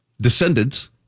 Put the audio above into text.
descendants